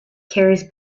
carries